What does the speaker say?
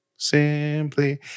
Simply